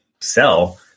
sell